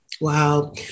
Wow